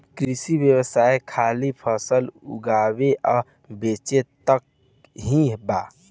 कृषि व्यवसाय खाली फसल उगावे आ बेचे तक ही बा